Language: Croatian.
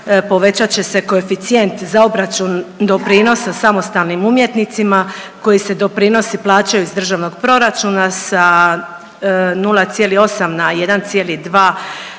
povećat će se koeficijent za obračun doprinosa samostalnim umjetnicima koji se doprinosi plaćaju iz Državnog proračuna sa 0,8 na 1,2